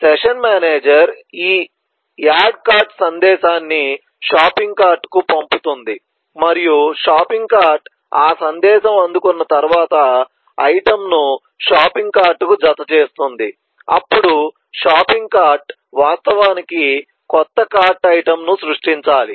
session manager ఈ add cart సందేశాన్ని shopping కార్ట్కు పంపుతుంది మరియు షాపింగ్ కార్ట్ ఆ సందేశం అందుకున్న తర్వాత ఐటెమ్ను షాపింగ్ కార్ట్ కు జతచేస్తుంది అప్పుడు షాపింగ్ కార్ట్ వాస్తవానికి కొత్త కార్ట్ ఐటెమ్ను సృష్టించాలి